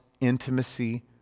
intimacy